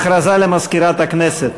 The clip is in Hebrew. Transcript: הכרזה למזכירת הכנסת.